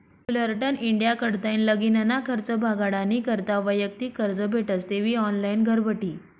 Fullerton India कडताईन लगीनना खर्च भागाडानी करता वैयक्तिक कर्ज भेटस तेबी ऑनलाईन घरबठी